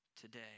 today